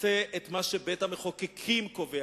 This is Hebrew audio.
עושה את מה שבית-המחוקקים קובע.